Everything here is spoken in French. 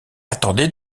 attendez